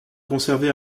conserver